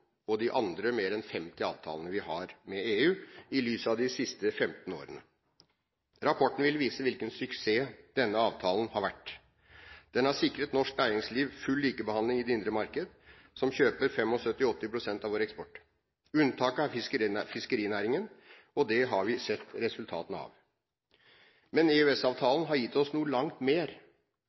og de andre, mer enn 50, avtalene vi har med EU, sett i lys av de siste 15 årene. Rapporten vil vise hvilken suksess denne avtalen har vært. Den har sikret norsk næringsliv full likebehandling i det indre marked, som kjøper 75–80 pst. av vår eksport. Unntaket er fiskerinæringen, og det har vi sett resultatene av. EØS-avtalen har gitt oss langt mer.